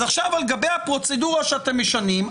אז עכשיו על גבי הפרוצדורה שאתם משנים,